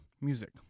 music